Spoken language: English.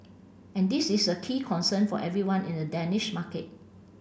and this is a key concern for everyone in the Danish market